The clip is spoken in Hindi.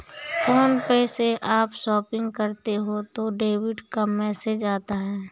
फ़ोन पे से आप शॉपिंग करते हो तो डेबिट का मैसेज आता है